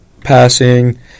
passing